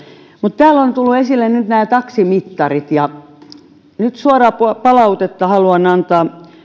mutta täällä ovat nyt tulleet esille nämä taksimittarit ja haluan nyt suoraa palautetta antaa